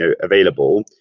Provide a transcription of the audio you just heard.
available